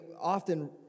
often